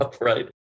Right